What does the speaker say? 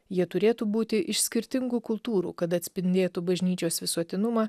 jie turėtų būti iš skirtingų kultūrų kad atspindėtų bažnyčios visuotinumą